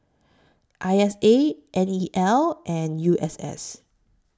I S A N E L and U S S